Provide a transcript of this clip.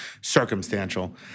circumstantial